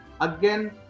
again